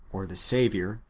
or the saviour,